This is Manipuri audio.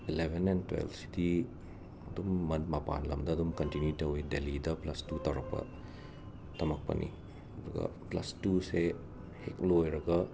ꯏꯂꯦꯕꯦꯟ ꯑꯦꯟ ꯇ꯭ꯋꯦꯜꯐꯁꯤꯗꯤ ꯑꯗꯨꯝ ꯃ ꯃꯄꯥꯟ ꯂꯝꯗ ꯑꯗꯨꯝ ꯀꯟꯇꯤꯅ꯭ꯌꯨ ꯇꯧꯋꯤ ꯗꯦꯂꯤꯗ ꯄ꯭ꯂꯁ ꯇꯨ ꯇꯧꯔꯛꯄ ꯇꯝꯃꯛꯄꯅꯤ ꯑꯗꯨꯒ ꯀ꯭ꯂꯥꯁ ꯇꯨꯁꯦ ꯍꯦꯛ ꯂꯣꯏꯔꯒ